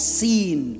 seen